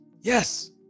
Yes